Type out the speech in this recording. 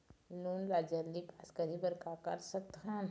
Loan ला जल्दी pass करे बर का कर सकथन?